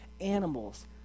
Animals